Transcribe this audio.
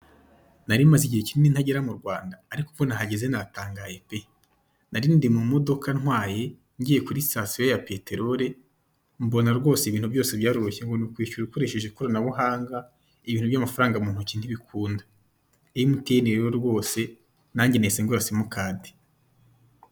Narimaze igihe kinini ntagera mu Rwanda ariko ubwo nahageze natangaye pe, narindi mu imodoka twaye ngiye kuri sitasiyo ya peterori, mbona rwose ibintu byaroroshye ngo n'ukwishyura ukoresheje inkoranabuhanga ibintu by'amafaranga mu intoki ntibikunda, MTN rero rwose nanjye nahise ngura simukadi.